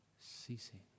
ceasing